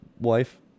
wife